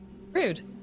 Rude